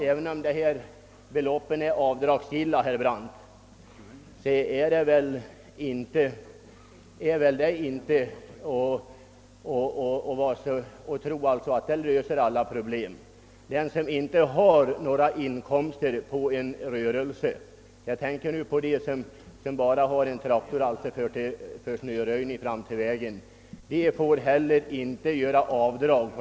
Även om dessa belopp är avdragsgilla, herr Brandt, löser inte det alla problem. En del pengar skall ut i alla fall. Den som inte har några inkomster av en rörelse — jag tänker bl.a. på den som har en traktor endast för snöröjning fram till vägen — får heller inte göra avdrag.